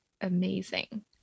amazing